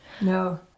no